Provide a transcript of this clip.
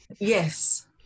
Yes